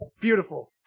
Beautiful